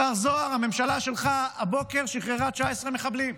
השר זוהר, הממשלה שלך שחררה הבוקר 19 מחבלים.